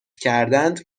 کردند